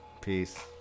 peace